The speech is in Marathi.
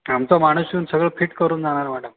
आमचा माणूस येऊन सगळं फिट करून जाणार मॅडम